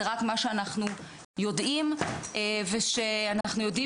זה רק מה שאנחנו יודעים ושאנחנו יודעים